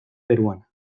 peruana